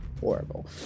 horrible